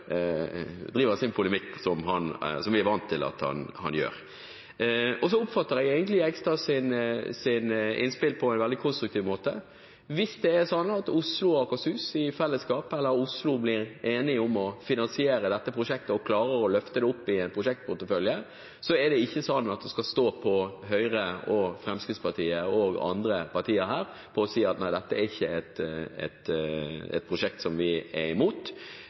sin polemikk, som vi er vant til at han gjør. Jeg oppfatter egentlig Jegstads innspill på en veldig konstruktiv måte. Hvis det er sånn at Oslo og Akershus i fellesskap, eller bare Oslo, blir enige om å finansiere dette prosjektet og klarer å løfte det opp i prosjektporteføljen, skal det ikke stå på Høyre og Fremskrittspartiet og andre partier her, ved å si at nei, dette er ikke et prosjekt som vi er imot.